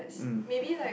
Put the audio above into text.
mm